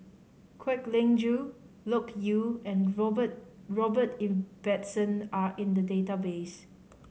Kwek Leng Joo Loke Yew and Robert Robert Ibbetson are in the database